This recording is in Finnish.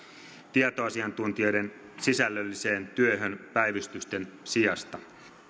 tietoasiantuntijoiden sisällölliseen työhön päivystysten sijasta